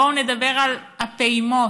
בואו נדבר על הפעימות,